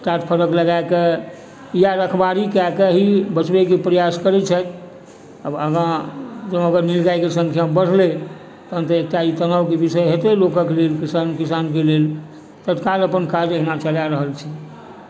टाट फरक लगाके या रखवारी कए कऽ ही बचबै केँ प्रयास करै छथि आब आगा जौं अगर नील गायके सङ्ख्या बढलै तहन तऽ एकटा ई तनावके विषय हेतै लोकक लेल किसानक लेल तत्काल अपन काज एहिना चला रहल छी